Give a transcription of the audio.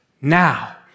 now